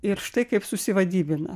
ir štai kaip susivadybina